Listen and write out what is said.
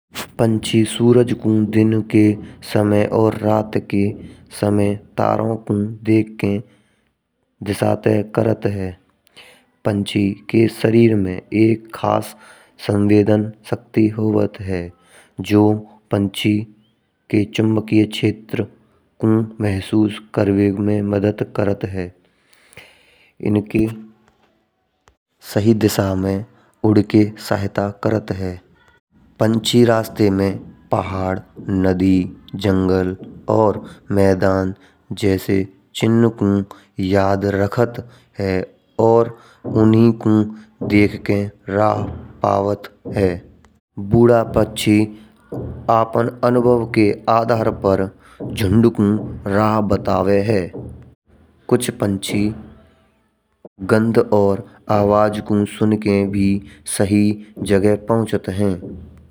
पंछी सूरजाकुंड दिन के समय और रात के समय तारों को देखकर दिशा तय करत है। पंछी के शरीर में एक खास संवेदन शक्ति होवत है। जो पंछी के चुंबकीय क्षेत्र में महसुस करने में मदद करत है। इनकी सही दिशा में उड़ के सहायता करत है। पंछी रास्ते में पहाड़, नदी, जंगल और मैदान जैसे चिन्ह को याद रखत है। और उन्हीं को देखकर राह आवत है। बहुत पंछी आपन अनुभव के आधार पर झुंड को राह बताव हैं। कुछ पंछी गंध और आवाज को सुनकर भी सही जगह पहुंचते हैं।